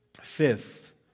Fifth